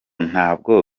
ntabwo